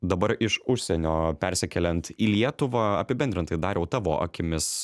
dabar iš užsienio persikeliant į lietuvą apibendrintai dariau tavo akimis